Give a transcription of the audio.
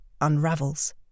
unravels